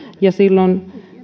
ja silloin